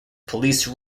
police